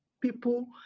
people